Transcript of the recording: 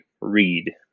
read